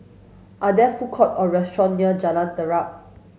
are there food court or restaurant near Jalan Terap